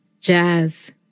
jazz